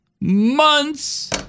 months